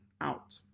out